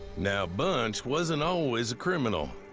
now, bunch wasn't always a criminal.